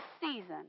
season